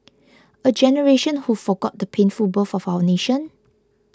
a generation who forgot the painful birth of our nation